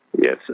Yes